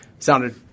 sounded